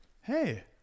Hey